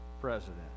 president